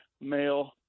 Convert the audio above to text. male